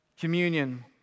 Communion